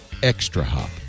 ExtraHop